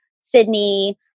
Sydney